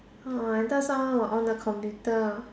oh I thought someone will on the computer